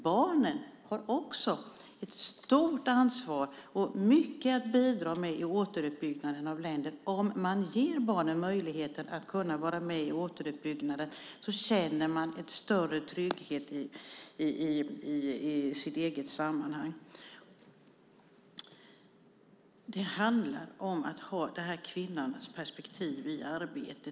Barnen har också ett stort ansvar och mycket att bidra med i återuppbyggnaden av länder. Om man ger barnen möjlighet att vara med i återuppbyggnaden känner de en större trygghet i sitt eget sammanhang. Det handlar om att ha kvinnans perspektiv i arbetet.